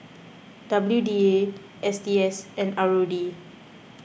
W D A S T S and R O D